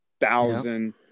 thousand